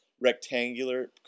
rectangular